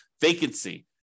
vacancy